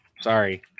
Sorry